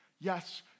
Yes